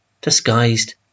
disguised